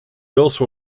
also